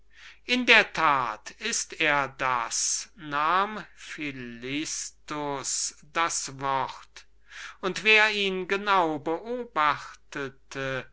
in der tat so ist er nahm philist das wort und wer ihn genau beobachtete